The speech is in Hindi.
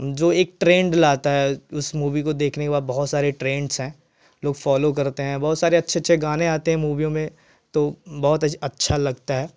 जो एक ट्रेंड लाता है इस मूवी को देखने के बाद बहुत सारे ट्रेंड्स है लोग फॉलो करते हैं बहुत सारे अच्छे अच्छे गाने आते हैं मूवी में तो बहुत अजे अच्छा लगता है